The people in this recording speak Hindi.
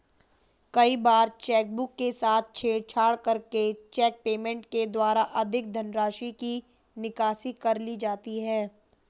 कई बार चेकबुक के साथ छेड़छाड़ करके चेक पेमेंट के द्वारा अधिक धनराशि की निकासी कर ली जाती है